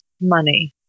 money